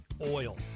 oil